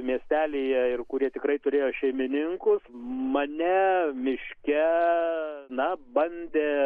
miestelyje ir kurie tikrai turėjo šeimininkus mane miške na bandė